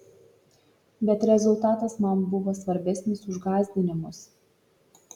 bet rezultatas man buvo svarbesnis už gąsdinimus